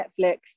Netflix